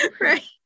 right